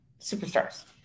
superstars